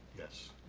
yes.